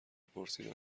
پرسید